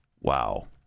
Wow